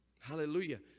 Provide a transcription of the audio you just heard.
hallelujah